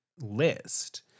list